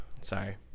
Sorry